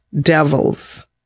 devils